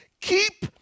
keep